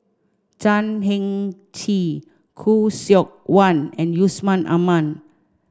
Chan Heng Chee Khoo Seok Wan and Yusman Aman